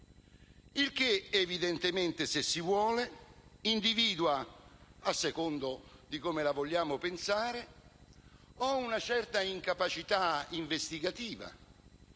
Il che evidentemente, se si vuole, individua, a seconda di come la vogliamo pensare, o una certa incapacità investigativa